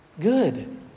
good